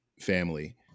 family